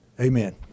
Amen